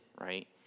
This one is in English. right